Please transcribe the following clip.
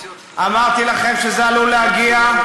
אמרתי לכם שזה עלול להגיע.